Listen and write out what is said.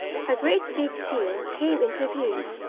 a great big seal came into view,